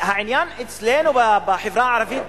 העניין אצלנו בחברה הערבית,